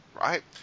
right